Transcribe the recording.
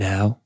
Now